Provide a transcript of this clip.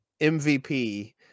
MVP